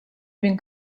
bin